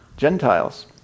Gentiles